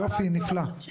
יופי, נפלא.